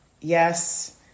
yes